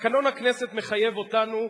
תקנון הכנסת מחייב אותנו,